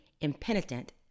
impenitent